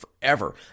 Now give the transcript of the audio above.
forever